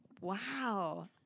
Wow